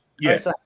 Yes